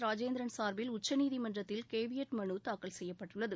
ராஜேந்திரன் சார்பில் உச்சநீதிமன்றத்தில் கேவியேட் மனு தாக்கல் செய்யப்பட்டுள்ளது